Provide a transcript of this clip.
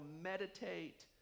meditate